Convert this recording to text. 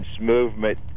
movement